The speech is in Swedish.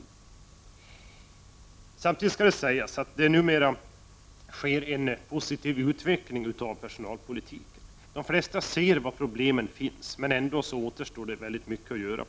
Det skall samtidigt sägas att det nu sker en positiv utveckling på personalpolitikens område. De flesta ser var problemen finns, men ändå återstår mycket att göra.